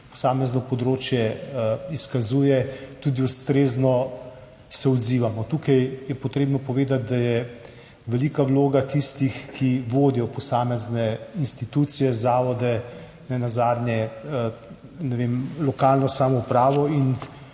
posamezno področje izkazuje, tudi ustrezno odzivamo. Tukaj je potrebno povedati, da je velika vloga tistih, ki vodijo posamezne institucije, zavode, nenazadnje, ne vem, lokalno samoupravo.